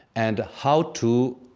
and how to